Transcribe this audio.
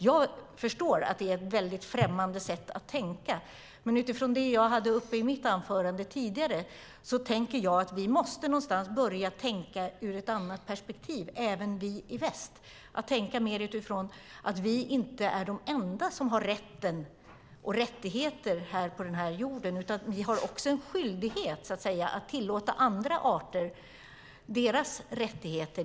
Jag förstår att det är ett väldigt främmande sätt att tänka, men utifrån det jag sade i mitt anförande tidigare tycker jag att vi måste börja tänka ur ett annat perspektiv, även vi i väst, tänka mer utifrån att vi inte är de enda som har rättigheter på denna jord. Vi har också en skyldighet att ge andra arter deras rättigheter.